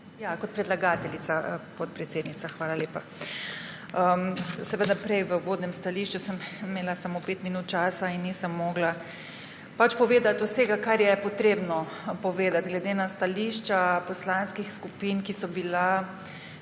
Kot predlagateljica, podpredsednica. Hvala lepa. V uvodnem stališču sem imela samo pet minut časa in nisem mogla povedati vsega, kar je potrebno povedati. Glede na stališča poslanskih skupin, ki so bila